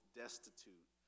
destitute